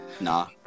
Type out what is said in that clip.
Nah